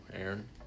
Aaron